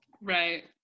Right